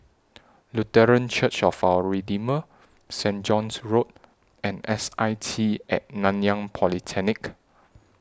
Lutheran Church of Our Redeemer Saint John's Road and S I T At Nanyang Polytechnic